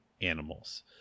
Animals